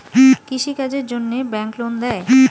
কৃষি কাজের জন্যে ব্যাংক লোন দেয়?